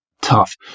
tough